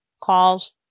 calls